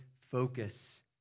focus